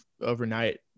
overnight